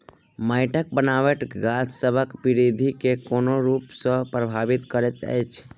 माइटक बनाबट गाछसबक बिरधि केँ कोन रूप सँ परभाबित करइत अछि?